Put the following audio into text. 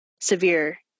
severe